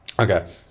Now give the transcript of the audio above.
Okay